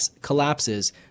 collapses